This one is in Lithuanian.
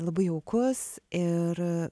labai jaukus ir